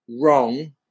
wrong